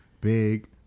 Big